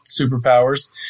superpowers